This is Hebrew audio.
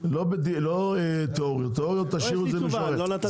לא תיאוריות, תיאוריות תשאירו למישהו אחר.